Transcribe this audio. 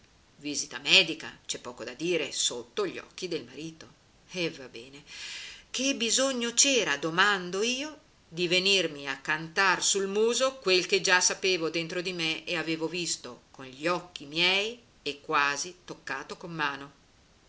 visita medica c'è poco da dire sotto gli occhi del marito e va bene che bisogno c'era domando io di venirmi a cantar sul muso quel che già sapevo dentro di me e avevo visto con gli occhi miei e quasi toccato con mano